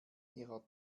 ihrer